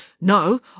No